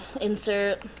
insert